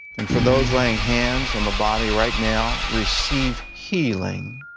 and for those laying hands on the body right now, receive healing,